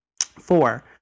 Four